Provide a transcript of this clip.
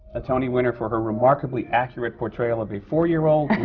a tony winner for her remarkably accurate portrayal of a four year old